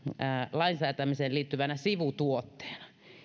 lainsäätämiseen liittyvänä sivutuotteena